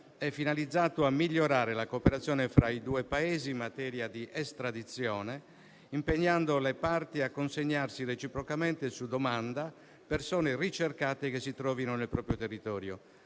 è finalizzato a migliorare la cooperazione fra i due Paesi in materia di estradizione, impegnando le parti a consegnarsi reciprocamente e su domanda persone ricercate che si trovino nel proprio territorio,